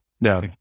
No